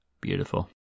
Beautiful